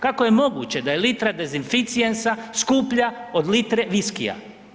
Kako je moguće da je litra dezinficijensa skuplja od litre viskija?